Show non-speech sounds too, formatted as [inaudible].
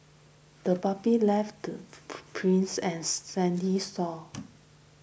the puppy left [unintelligible] prints on the sandy shore